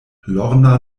lorna